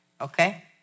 okay